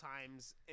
times